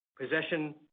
Possession